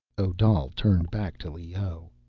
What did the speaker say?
odal turned back to leoh.